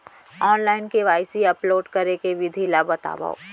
Online KYC upload करे के विधि ला बतावव?